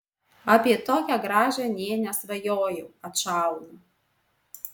apie tokią gražią nė nesvajojau atšaunu